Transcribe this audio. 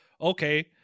okay